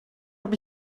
habe